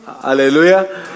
Hallelujah